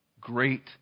Great